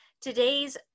today's